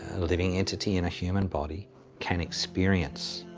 living entity in a human body can experience.